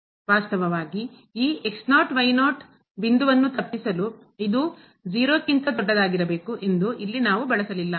ವಾಸ್ತವವಾಗಿ ಈಗ ಈ ಬಿಂದುವನ್ನು ತಪ್ಪಿಸಲು ಇದು 0 ಕ್ಕಿಂತ ದೊಡ್ಡದಾಗಿರಬೇಕು ಎಂದು ಇಲ್ಲಿ ನಾವು ಬಳಸಲಿಲ್ಲ